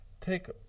Take